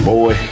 boy